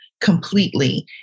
completely